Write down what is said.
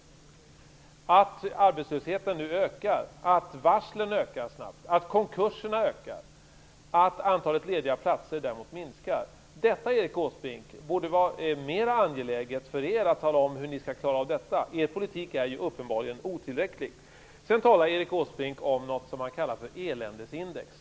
Hur ni skall klara av att arbetslösheten nu ökar, att varslen ökar snabbt, att konkurserna ökar, att antalet lediga platser däremot minskar, borde, Erik Åsbrink, vara mer angeläget för er att tala om. Er politik är uppenbarligen otillräcklig. Sedan talar Erik Åsbrink om någonting som han kallar för eländesindex.